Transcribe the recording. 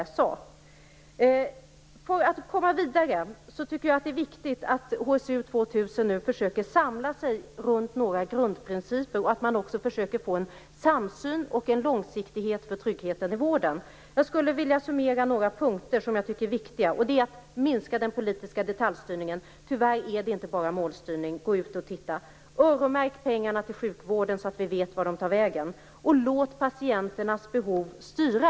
För att komma vidare är det viktigt att HSU 2000 nu försöker samla sig runt några grundprinciper och att man också försöker få en samsyn och en långsiktighet för tryggheten i vården. Jag skulle vilja summera några punkter som jag tycker är viktiga. Det handlar om att minska den politiska detaljstyrningen. Tyvärr är det inte bara målstyrning - gå ut och titta! Öronmärk pengarna till sjukvården, så att vi vet vart de tar vägen. Det handlar vidare om att låta patienternas behov styra.